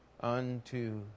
unto